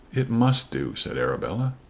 it must do, said arabella.